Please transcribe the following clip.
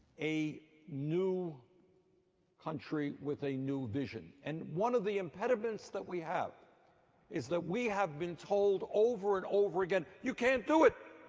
a new country with a new vision. and one of the impediments that we have is that we have been told over and over again you can't do it.